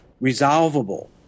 resolvable